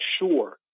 sure